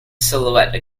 silhouette